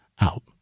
out